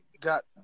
got